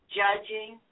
judging